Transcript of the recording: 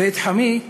ואת חמי,